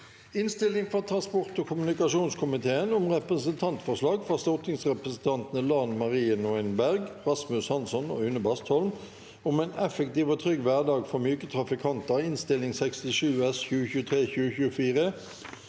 Innstilling fra transport- og kommunikasjonskomi- teen om Representantforslag fra stortingsrepresentan- tene Lan Marie Nguyen Berg, Rasmus Hansson og Une Bastholm om en effektiv og trygg hverdag for myke trafi- kanter (Innst. 67 S (2023–2024),